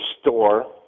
store